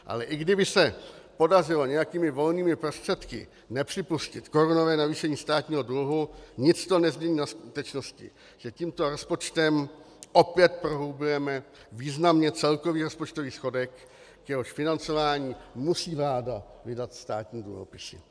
Ale i kdyby se podařilo nějakými volnými prostředky nepřipustit korunové navýšení státního dluhu, nic to nezmění na skutečnosti, že tímto rozpočtem opět prohlubujeme významně celkový rozpočtový schodek, k jehož financování musí vláda vydat státní dluhopisy.